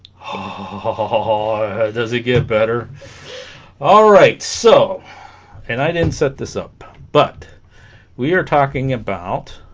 hahahahaha does it get better alright so and i didn't set this up but we are talking about